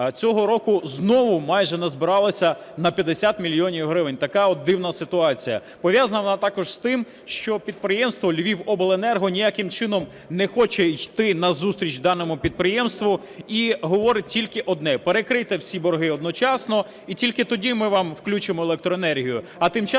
цього року знову майже назбиралося на 50 мільйонів гривень. Така от дивна ситуація. Пов'язана вона також з тим, що підприємство "Львівобленерго" ніяким чином не хоче йти назустріч даному підприємству і говорить тільки одне: перекрийте всі борги одночасно - і тільки тоді ми вам включимо електроенергію.